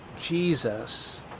Jesus